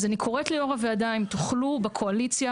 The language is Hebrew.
אני קוראת ליו"ר הוועדה אם תוכלו בקואליציה